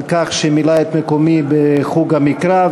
על כך שמילא את מקומי בחוג למקרא,